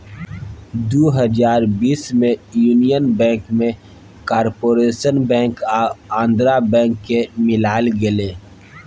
दु हजार बीस मे युनियन बैंक मे कारपोरेशन बैंक आ आंध्रा बैंक केँ मिलाएल गेलै